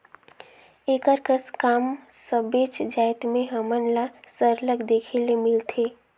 एकर कस काम सबेच जाएत में हमन ल सरलग देखे ले मिलथे